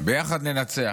ביחד ננצח.